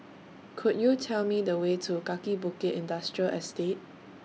Could YOU Tell Me The Way to Kaki Bukit Industrial Estate